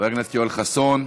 חבר הכנסת יואל חסון.